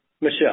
Michelle